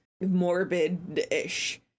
morbid-ish